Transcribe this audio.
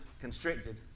constricted